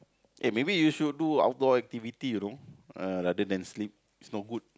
eh maybe you should do outdoor activity you know uh rather than sleep it's no good